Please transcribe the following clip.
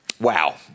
wow